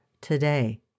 today